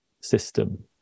system